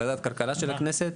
וועדת הכלכלה של הכנסת,